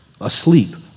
asleep